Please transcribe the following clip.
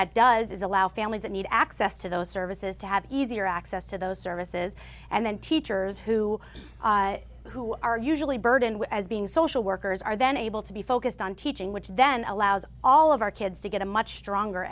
that does is allow families that need access to those services to have easier access to those services and then teachers who who are usually burdened as being social workers are then able to be focused on teaching which then allows all of our kids to get a much stronger